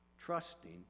trusting